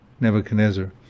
Nebuchadnezzar